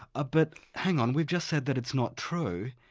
ah but hang on, we've just said that it's not true,